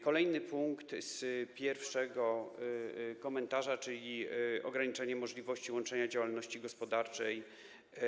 Kolejny punkt pierwszego komentarza, czyli ograniczenie możliwości łączenia działalności gospodarczej.